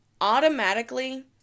Automatically